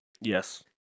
yes